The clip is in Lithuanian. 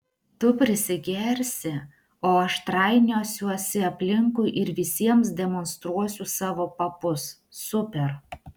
tu prisigersi o aš trainiosiuosi aplinkui ir visiems demonstruosiu savo papus super